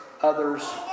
others